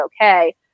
okay